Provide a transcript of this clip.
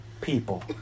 people